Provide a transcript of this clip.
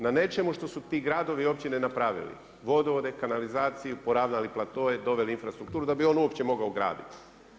Na nečemu što su ti gradovi i općine napravili, vodovode, kanalizaciju, poravnali platoe, doveli infrastrukturu da bi on uopće mogao graditi.